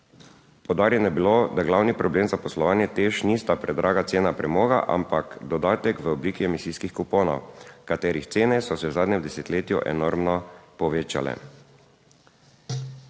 Poudarjeno je bilo, da glavni problem za poslovanje TEŠ nista predraga cena premoga, ampak dodatek v obliki emisijskih kuponov, katerih cene so se v zadnjem desetletju enormno povečale.